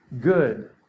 good